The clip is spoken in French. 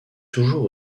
toujours